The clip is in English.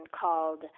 called